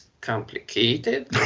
complicated